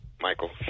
Michael